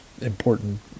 important